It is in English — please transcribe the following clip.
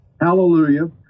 Hallelujah